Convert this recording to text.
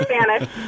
Spanish